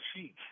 sheets